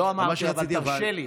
לא אמרתי, אבל תרשה לי.